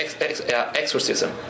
exorcism